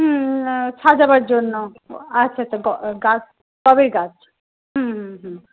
হুম সাজাবার জন্য আচ্ছা আচ্ছা গাছ সবেই গাছ হু হ হুম